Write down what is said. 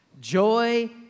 Joy